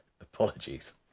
Apologies